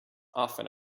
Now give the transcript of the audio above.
often